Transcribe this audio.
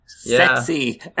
sexy